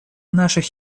наших